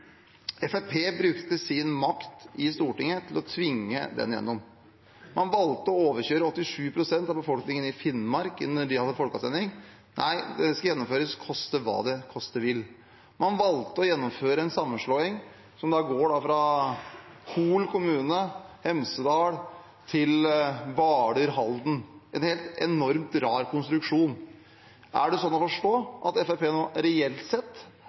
brukte sin makt i Stortinget til å tvinge den gjennom. Man valgte å overkjøre 87 pst. av befolkningen i Finnmark da de hadde folkeavstemning. Dette skulle gjennomføres – koste hva det koste ville! Man valgte å gjennomføre en sammenslåing som går fra Hol kommune og Hemsedal til Hvaler og Halden – en enormt rar konstruksjon. Er det sånn å forstå at Fremskrittspartiet nå reelt sett